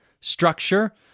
structure